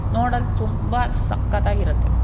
ನೋಡಲು ತುಂಬ ಸಖತ್ತಾಗಿರುತ್ತೆ